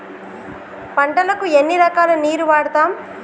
పంటలకు ఎన్ని రకాల నీరు వాడుతం?